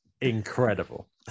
incredible